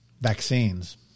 vaccines